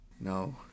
No